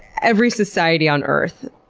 every society on earth,